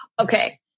okay